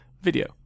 video